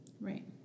Right